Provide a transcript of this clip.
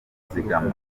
zigama